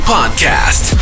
Podcast